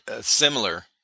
similar